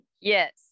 Yes